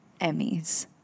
emmys